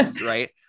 Right